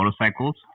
motorcycles